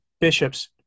bishops